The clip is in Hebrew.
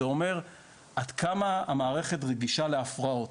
זה אומר עד כמה המערכת רגישה להפרעות.